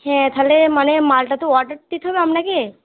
হ্যাঁ তাহলে মানে মালটা তো অর্ডার দিতে হবে আপনাকে